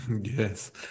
yes